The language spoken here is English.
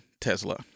Tesla